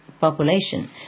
population